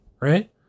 right